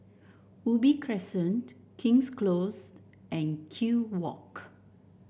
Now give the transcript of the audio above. Ubi Crescent King's Close and Kew Walk